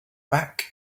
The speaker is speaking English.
back